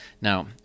Now